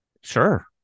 Sure